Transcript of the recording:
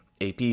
AP